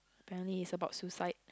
finally is about suicide